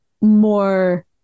more